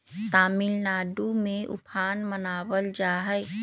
तमिलनाडु में उफान मनावल जाहई